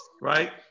right